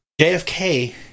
JFK